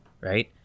right